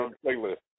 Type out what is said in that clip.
playlist